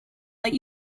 let